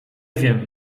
wiem